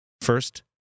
First